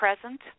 present